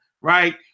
right